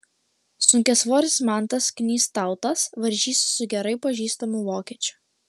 sunkiasvoris mantas knystautas varžysis su gerai pažįstamu vokiečiu